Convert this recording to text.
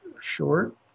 short